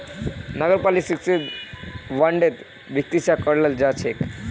नगरपालिका क्षेत्रक वार्डोत विभक्त कराल जा छेक